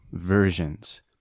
versions